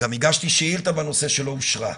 גם הגשתי שאילתה בנושא והיא לא אושרה.